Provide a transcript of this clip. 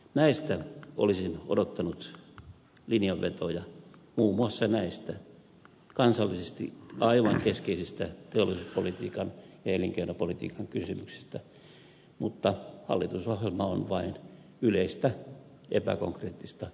näistä olisin odottanut linjanvetoja muun muassa näistä kansallisesti aivan keskeisistä teollisuuspolitiikan ja elinkeinopolitiikan kysymyksistä mutta hallitusohjelma on vain yleistä epäkonkreettista sanahelinää